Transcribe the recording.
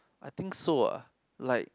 I think so ah like